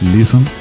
Listen